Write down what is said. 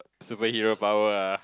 superhero power ah